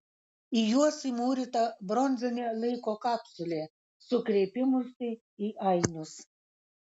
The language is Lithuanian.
į juos įmūryta bronzinė laiko kapsulė su kreipimusi į ainius